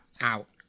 Out